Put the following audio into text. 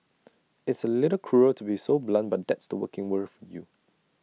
it's A little cruel to be so blunt but that's the working world for you